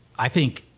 i think,